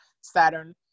Saturn